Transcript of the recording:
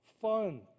fun